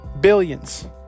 billions